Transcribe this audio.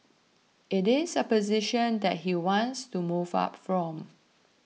it is a position that he wants to move up from